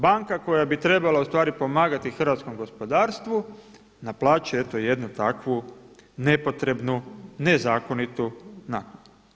Banka koja bi trebala u stvari pomagati hrvatskom gospodarstvu naplaćuje eto jednu takvu nepotrebnu nezakonitu naknadu.